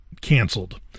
canceled